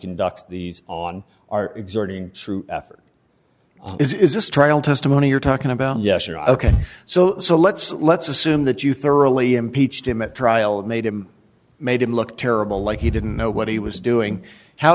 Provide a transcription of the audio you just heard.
conducts these on our exerting true effort is this trial testimony you're talking about yes or no ok so so let's let's assume that you thoroughly impeached him at trial it made him made him look terrible like he didn't know what he was doing how